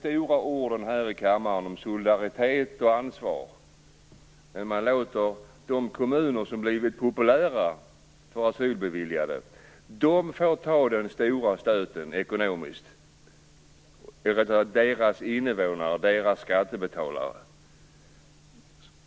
Man talar här i kammaren om de stora orden solidaritet och ansvar, men skattebetalarna i de kommuner som har blivit populära för asylbeviljade får ta den stora stöten ekonomiskt.